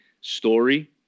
story